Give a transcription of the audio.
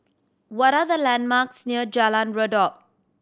what are the landmarks near Jalan Redop